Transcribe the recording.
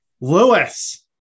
lewis